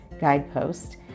guidepost